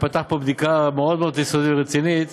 תיפתח פה בדיקה מאוד יסודית ורצינית